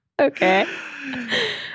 Okay